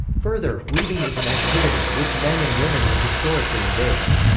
further, weaving is an activity, which men and women have historically engaged.